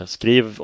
Skriv